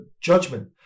judgment